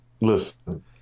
Listen